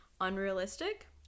unrealistic